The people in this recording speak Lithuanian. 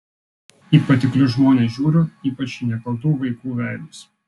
į patiklius žmones žiūriu ypač į nekaltų vaikų veidus